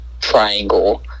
triangle